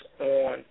on